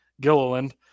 Gilliland